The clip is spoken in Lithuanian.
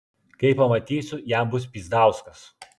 kai pamatysiu jam bus pyzdauskas